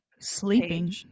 sleeping